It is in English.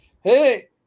hey